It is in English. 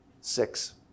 Six